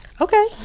Okay